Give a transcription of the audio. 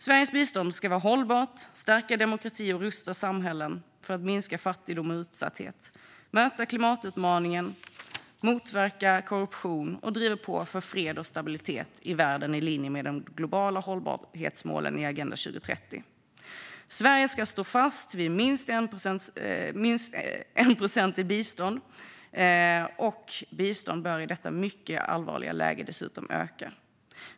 Sveriges bistånd ska vara hållbart, stärka demokrati och rusta samhällen för att minska fattigdom och utsatthet, möta klimatutmaningen, motverka korruption och driva på för fred och stabilitet i världen i linje med de globala hållbarhetsmålen i Agenda 2030. Sverige ska stå fast vid minst 1 procent i bistånd, och biståndet bör i detta mycket allvarliga läge dessutom öka.